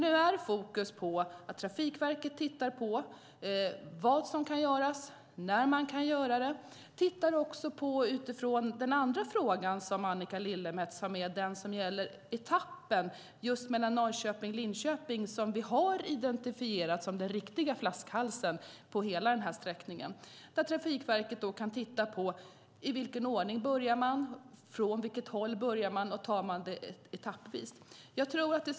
Nu är fokus på att Trafikverket tittar på vad som kan göras och när man kan göra det. Annika Lillemets andra fråga gäller etappen mellan Norrköping och Linköping, som vi har identifierat som den riktiga flaskhalsen på hela denna sträckning. Trafikverket kan titta på i vilken ordning och från vilket håll man ska börja.